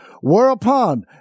Whereupon